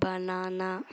banana